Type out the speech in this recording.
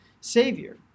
Savior